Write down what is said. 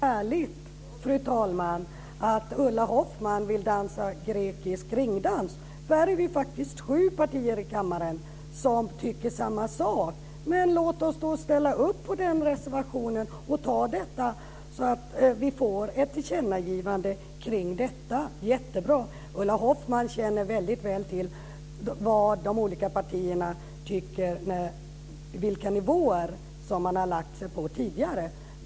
Fru talman! Vad härligt att Ulla Hoffmann vill dansa grekisk ringdans. Vi är ju faktiskt sju partier i kammaren som tycker samma sak. Låt oss då ställa upp på den reservationen och fatta beslut om det så att riksdagen tillkännager detta för regeringen. Det är jättebra. Ulla Hoffmann känner väldigt väl till vilka nivåer som de borgerliga partierna har föreslagit tidigare.